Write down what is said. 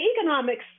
economics